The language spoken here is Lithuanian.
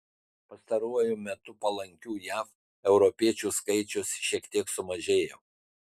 pastaruoju metu palankių jav europiečių skaičius šiek tiek sumažėjo